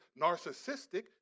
narcissistic